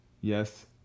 Yes